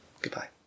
Goodbye